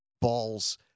balls